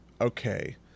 okay